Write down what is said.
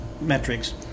metrics